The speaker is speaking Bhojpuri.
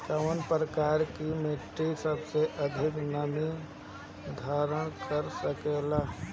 कौन प्रकार की मिट्टी सबसे अधिक नमी धारण कर सकेला?